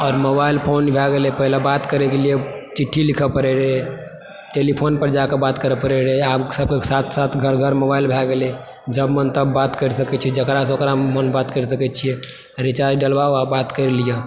आओर mobile phone भए गेलय पहिले बात करयके लिए चिठ्ठी लिखऽ पड़य रहय टेलीफोनपर जाके बात करय पड़े रहय आब साथ साथ घर घर मोबाइल भए गेलय जब मन तब बात करि सकय छी जेकरासँ ओकरा मनसँ बात करि सकय छियै रिचार्ज डलवाउ आओर बात करि लिअ